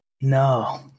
No